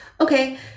okay